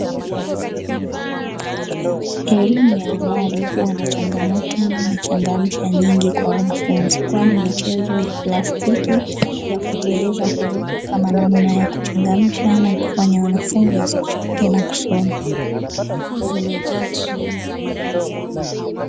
Elimu ya awali huwa na changamoto na changamsha nyingi kwa wanafunzi, kwani michezo ya plastiki ya kuteleza huwekwa kama namna ya kuchangamsha na kufanya wanafunzi wasichoke na kusoma.